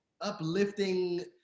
uplifting